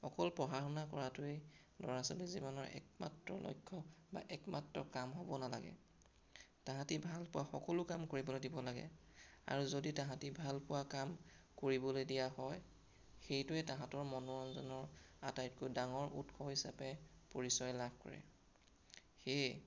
অকল পঢ়া শুনা কৰাটোৱেই ল'ৰা ছোৱালীৰ জীৱনৰ একমাত্ৰ লক্ষ্য বা একমাত্ৰ কাম হ'ব নালাগে তাহাঁতি ভালপোৱা সকলো কাম কৰিবলৈ দিব লাগে আৰু যদি তাহাঁতি ভালপোৱা কাম কৰিবলৈ দিয়া হয় সেইটোৱেই তাহাঁতৰ মনোৰঞ্জনৰ আটাইতকৈ ডাঙৰ উৎস হিচাপে পৰিচয় লাভ কৰে সেয়ে